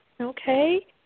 Okay